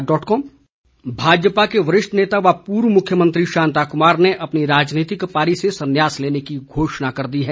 शांता कुमार भाजपा के वरिष्ठ नेता व पूर्व मुख्यमंत्री शांता कुमार ने अपनी राजनीतिक पारी से सन्यास लेने की घोषणा कर दी है